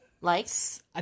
Likes